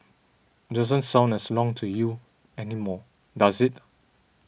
doesn't sound as long to you anymore does it